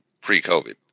pre-COVID